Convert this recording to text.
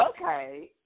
okay